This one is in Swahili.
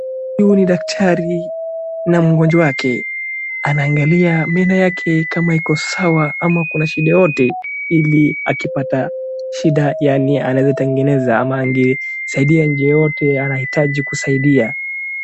Huyu ni daktari na mgonjwa wake, anaangalia meno yake kama iko sawa ama kuna shida yoyote ili akipata shida yaani anaeza tengeneza ama angesaidia njia yoyote anahitaji kusaidia.